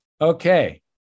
Okay